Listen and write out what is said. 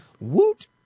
Woot